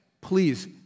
Please